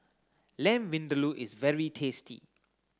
Lamb Vindaloo is very tasty